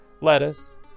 lettuce